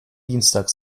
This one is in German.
dienstag